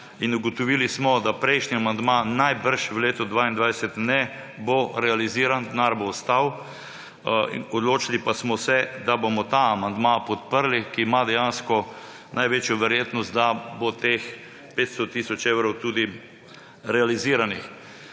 in ugotovili smo, da prejšnji amandma verjetno v letu 2022 ne bo realiziran, denar bo ostal, odločili pa smo se, da bomo ta amandma podprli, ki ima dejansko največjo verjetnost, da bo teh 500 tisoč evrov tudi realiziranih.